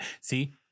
See